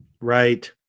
right